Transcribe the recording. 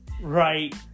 right